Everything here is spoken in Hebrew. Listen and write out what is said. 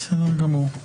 בסדר גמור.